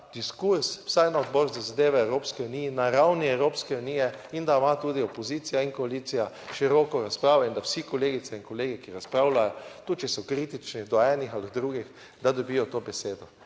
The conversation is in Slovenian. diskurz vsaj na Odboru za zadeve Evropske unije na ravni Evropske unije in da ima tudi opozicija in koalicija široko razpravo in da vsi, kolegice in kolegi, ki razpravljajo, tudi če so kritični do enih ali drugih, da dobijo to besedo.